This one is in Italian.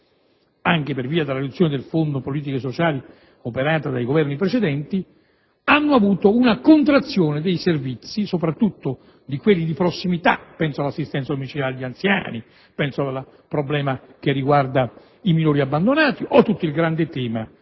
anche per via della riduzione del fondo nazionale per le politiche sociali operata dai Governi precedenti, hanno subito una contrazione dei servizi, soprattutto di quelli di prossimità: penso all'assistenza domiciliare agli anziani, al problema dei minori abbandonati e al grande tema